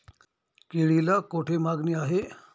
केळीला कोठे मागणी आहे?